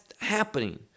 happening